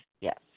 yes